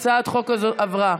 הצעת החוק הזאת עברה.